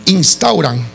instauran